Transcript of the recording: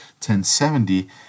1070